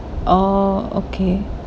oh okay